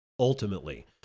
Ultimately